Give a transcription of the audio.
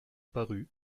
parut